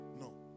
No